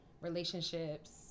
relationships